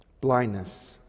Blindness